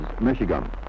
Michigan